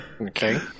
Okay